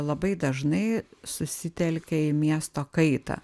labai dažnai susitelkia į miesto kaitą